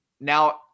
Now